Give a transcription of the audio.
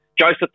Joseph